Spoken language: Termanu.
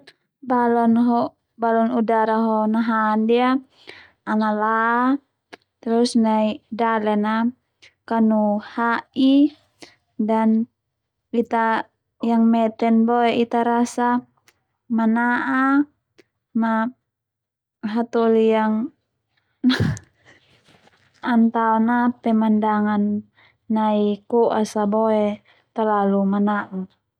Balon udara ho naha ndia ana la terus nai dalen na kanu ha'i dan ita yang meten boe Ita rasa mana'a ma hatoli yang antao na pemandangan nai ko'as a boe talalu mana'a